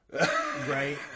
Right